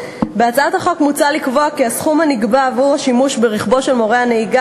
בהצעת החוק מוצע לקבוע כי הסכום הנגבה עבור השימוש ברכבו של מורה הנהיגה